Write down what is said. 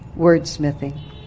wordsmithing